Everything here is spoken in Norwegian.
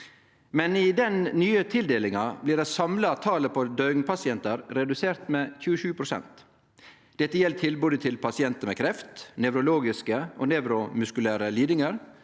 Men i den nye tildelinga blir det samla talet på døgnpasientar redusert med 27 pst. Dette gjeld tilbodet til pasientar med kreft, nevrologiske og nevromuskulære lidingar,